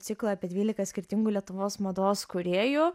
ciklą apie dvylika skirtingų lietuvos mados kūrėjų